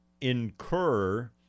incur